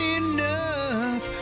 enough